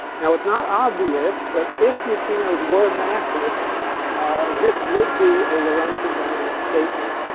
now, it's not obvious but, if neutrinos were massless this would be a lorentz invariant statement.